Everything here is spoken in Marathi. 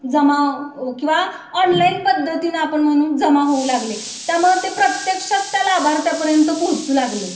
जमा किंवा ऑनलाईन पद्धतीनं आपण म्हणून जमा होऊ लागले त्यामुळं ते प्रत्यक्षात त्या लाभार्थ्यापर्यंत पोहोचू लागले